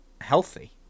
healthy